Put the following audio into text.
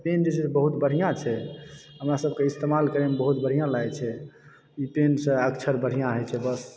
PAN जे छै से बहुत बढ़ियाँ छै हमरा सबके इस्तेमाल करयमे बहुत बढ़िऑं लागै छै इ पेन सं अक्षर बढ़ियाँ होए छै बस